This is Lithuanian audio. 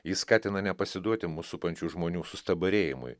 jis skatina nepasiduoti mus supančių žmonių sustabarėjimui